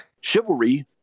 Chivalry